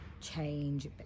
change